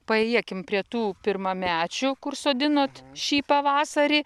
paėjėkim prie tų pirmamečių kur sodinot šį pavasarį